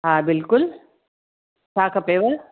हा बिल्कुल छा खपेव